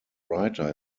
writer